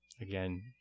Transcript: again